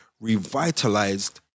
revitalized